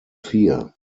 vier